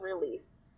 release